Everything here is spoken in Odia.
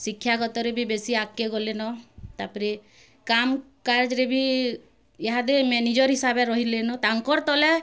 ଶିକ୍ଷାଗତରେ ବି ବେଶୀ ଆଗକେ ଗଲେନ ତାପେରେ କାମ୍ କାଯ୍ରେ ବି ଇହାଦେ ନିଜର୍ ହିସାବରେ ରହିଲେନ